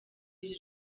iri